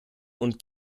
und